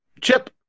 chip